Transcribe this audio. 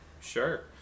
sure